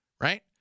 right